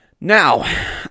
Now